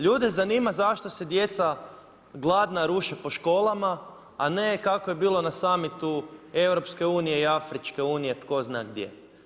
Ljude zanima zašto se djeca gladna ruše po školama, a ne kako je bilo na summitu EU i afričke unije tko zna gdje.